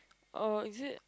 oh is it